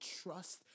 trust